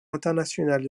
international